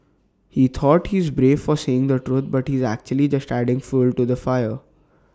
he thought he's brave for saying the truth but he's actually just adding fuel to the fire